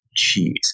cheese